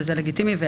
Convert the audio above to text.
וזה לגיטימי.